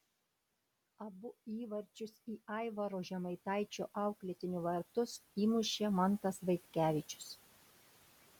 abu įvarčius į aivaro žemaitaičio auklėtinių vartus įmušė mantas vaitkevičius